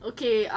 Okay